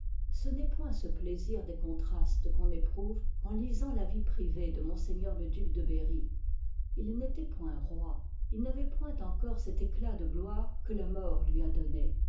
ce n'est point ce plaisir des contrastes qu'oui éproùye en lisant la vie privée de m le duc de berry il n'étoit point roi il n'avoit point encore cet éclat de gloire que la mort lui a donné